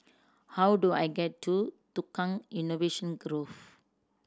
how do I get to Tukang Innovation Grove